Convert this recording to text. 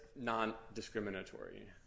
non-discriminatory